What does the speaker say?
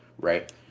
Right